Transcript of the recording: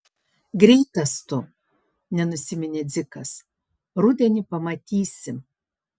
greitas tu nenusiminė dzikas rudenį pamatysi